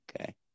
okay